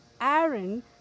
Aaron